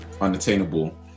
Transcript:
unattainable